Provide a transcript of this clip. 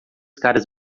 caras